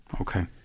Okay